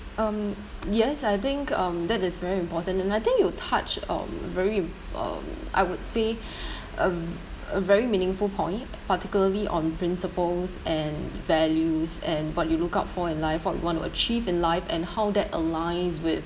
um yes I think um that is very important and I think you touched um very um I would say a a very meaningful point particularly on principles and values and what you look out for in life what you want to achieve in life and how that aligns with